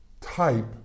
type